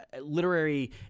literary